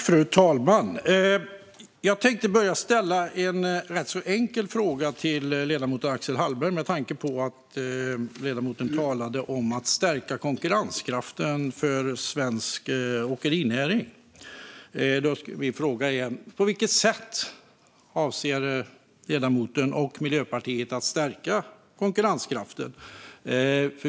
Fru talman! Jag tänkte ställa en ganska enkel fråga till ledamoten Axel Hallberg med tanke på att ledamoten talade om att stärka konkurrenskraften för svensk åkerinäring. På vilket sätt avser ledamoten och Miljöpartiet att stärka konkurrenskraften?